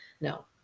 No